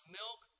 milk